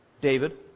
David